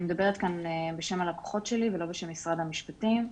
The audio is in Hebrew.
אני מדברת כאן בשם הלקוחות שלי ולא בשם משרד המשפטים.